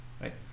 right